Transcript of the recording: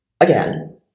again